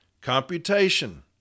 computation